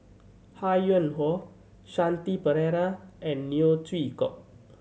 Ho Yuen Hoe Shanti Pereira and Neo Chwee Kok